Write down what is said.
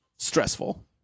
stressful